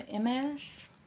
MS